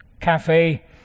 cafe